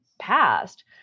passed